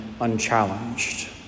unchallenged